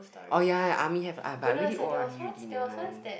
oh ya ya army have uh but I already o_r_d already never mind